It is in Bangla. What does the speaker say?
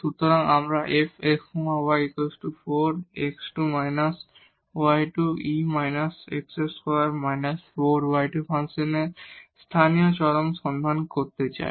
সুতরাং আমরা f x y e − x2−4 y2 ফাংশনের লোকাল এক্সট্রিমা সন্ধান করতে চাই